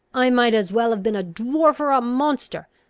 i might as well have been a dwarf or a monster!